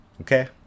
Okay